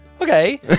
okay